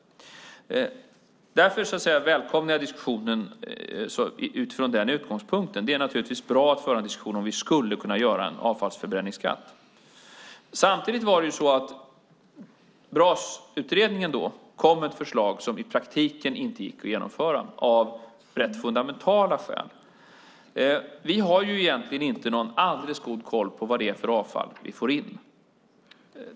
Därför välkomnar jag diskussionen utifrån denna utgångspunkt. Det är naturligtvis bra att föra en diskussion om vi skulle kunna utforma en avfallsförbränningsskatt. Brasutredningen kom med ett förslag som i praktiken inte gick att genomföra av rent fundamentala skäl. Vi har egentligen inte någon alldeles god koll på vad det är för avfall vi får in.